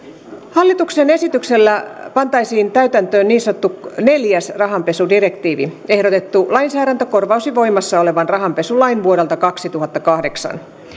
hallituksen esityksellä pantaisiin täytäntöön niin sanottu neljäs rahanpesudirektiivi ehdotettu lainsäädäntö korvaisi voimassa olevan rahanpesulain vuodelta kaksituhattakahdeksan